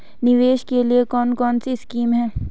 निवेश के लिए कौन कौनसी स्कीम हैं?